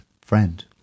friend